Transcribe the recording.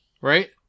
right